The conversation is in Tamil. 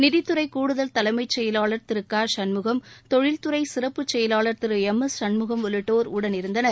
நிதித்துறை கூடுதல் தலைமைச் செயலாளர் திரு க சண்முகம் தொழில்துறை சிறப்பு செயலாளர் திரு எம் எஸ் சண்முகம் உள்ளிட்டோர் உடனிருந்தனர்